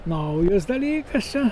naujas dalykas čia